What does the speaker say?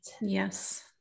Yes